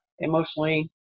emotionally